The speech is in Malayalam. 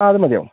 ആ അത് മതിയാവും